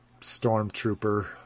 Stormtrooper